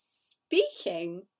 speaking